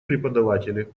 преподаватели